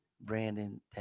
Brandon